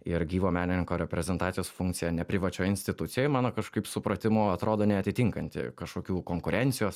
ir gyvo menininko reprezentacijos funkcija ne privačioje institucijoj mano kažkaip supratimu atrodo neatitinkanti kažkokių konkurencijos